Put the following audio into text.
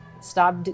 stop